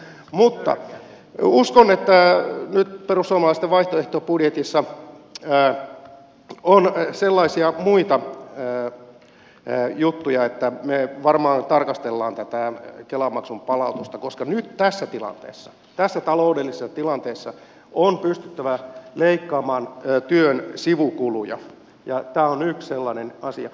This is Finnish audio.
mutta uskon että nyt perussuomalaisten vaihtoehtobudjetissa on sellaisia muita juttuja että me varmaan tarkastelemme tätä kela maksun palautusta koska nyt tässä taloudellisessa tilanteessa on pystyttävä leikkaamaan työn sivukuluja ja tämä on yksi sellainen asia